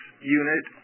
unit